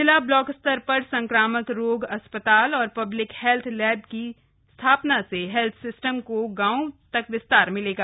जिला ब्लाक स्तर पर संक्रामक रोग अस्पताल और पब्लिक हेल्थ लैब की स्थापना से हेल्थ सिस्टम का गांवों तक विस्तार होगा